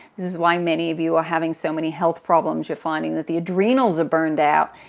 this is why many of you are having so many health problems. you're finding that the adrenals are burned-out,